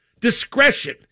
Discretion